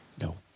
No